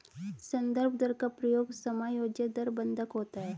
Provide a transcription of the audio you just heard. संदर्भ दर का प्रयोग समायोज्य दर बंधक होता है